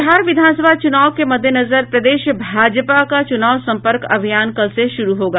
बिहार विधानसभा चूनाव के मद्देनजर प्रदेश भाजपा का चूनाव सम्पर्क अभियान कल से शुरू होगा